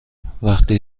وفتی